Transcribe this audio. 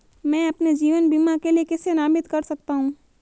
मैं अपने जीवन बीमा के लिए किसे नामित कर सकता हूं?